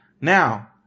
Now